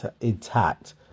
intact